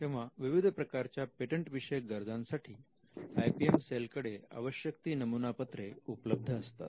तेव्हा विविध प्रकारच्या पेटंट विषयक गरजांसाठी आय पी एम सेलकडे आवश्यक ती नमुना पत्रे उपलब्ध असतात